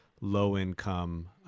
low-income